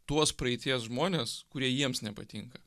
tuos praeities žmones kurie jiems nepatinka